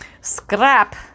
scrap